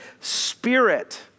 spirit